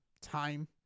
time